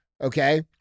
okay